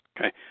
Okay